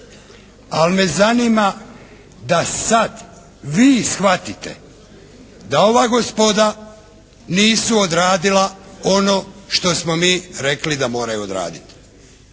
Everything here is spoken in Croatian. Ali me zanima da sad vi shvatite da ova gospoda nisu odradila ono što smo mi rekli da moraju odraditi